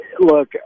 look